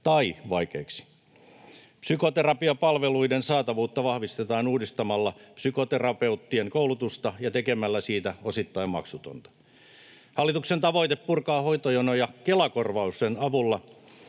tai vaikeiksi. Psykoterapiapalveluiden saatavuutta vahvistetaan uudistamalla psykoterapeuttien koulutusta ja tekemällä siitä osittain maksutonta. Hallituksen tavoite purkaa hoitojonoja Kela-korvauksen avulla